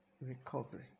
recovery